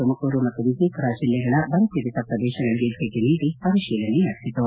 ತುಮಕೂರು ಮತ್ತು ವಿಜಯಪುರ ಜಿಲ್ಲೆಗಳ ಬರಪೀಡಿತ ಪ್ರದೇಶಗಳಿಗೆ ಭೇಟಿ ನೀಡಿ ಪರಿಹೀಲನೆ ನಡೆಸಿತು